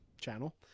channel